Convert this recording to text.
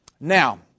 Now